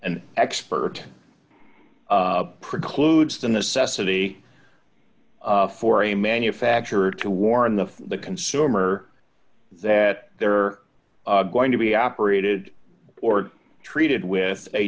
an expert precludes the necessity for a manufacturer to warn the the consumer that they are going to be operated or treated with a